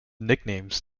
nicknames